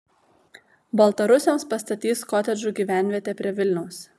baltarusiams pastatys kotedžų gyvenvietę prie vilniaus